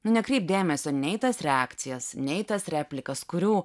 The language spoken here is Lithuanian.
nu nekreipt dėmesio nei į tas reakcijas nei į tas replikas kurių